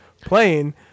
playing